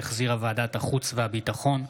שהחזירה ועדת החוץ והביטחון.